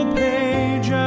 page